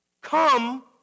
Come